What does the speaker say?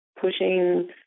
pushing